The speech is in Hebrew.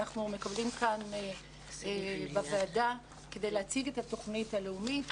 מקבלים כאן בוועדה כדי להציג את התוכנית הלאומית